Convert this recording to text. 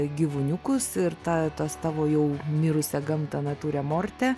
gyvūniukus ir ta tos tavo jau mirusią gamtą nature morte